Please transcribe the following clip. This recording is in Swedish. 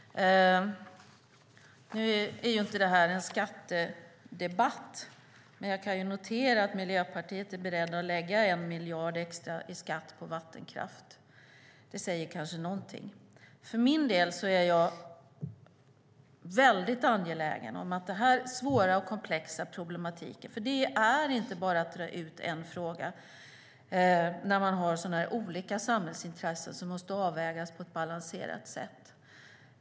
Nu är det här inte en skattedebatt, men jag kan notera att Miljöpartiet är berett att lägga 1 miljard extra i skatt på vattenkraft. Det säger kanske någonting. När det gäller den här svåra och komplexa problematiken är det inte bara att dra ut en fråga när man har så här olika samhällsintressen som måste avvägas på ett balanserat sätt.